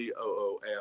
COOL